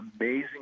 amazing